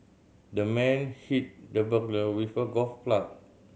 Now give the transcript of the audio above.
the man hit the burglar with a golf club